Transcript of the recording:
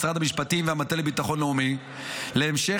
משרד המשפטים והמטה לביטחון לאומי להמשך